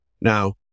Now